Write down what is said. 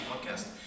Podcast